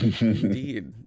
Indeed